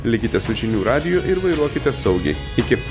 likite su žinių radiju ir vairuokite saugiai iki